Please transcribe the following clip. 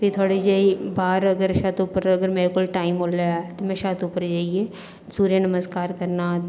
फ्ही थोह्ड़ी जेही बाहर अगर छत्त उप्पर अगर मेरे कोल टाइम ओल्लै में छत्त उप्पर जाइयै सुर्य नमस्कार करना